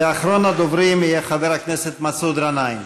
ואחרון הדוברים יהיה חבר הכנסת מסעוד גנאים.